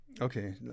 Okay